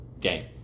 game